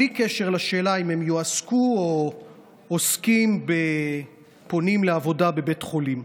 בלי קשר לשאלה אם הם עוסקים או פונים לעבודה בבית חולים.